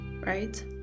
Right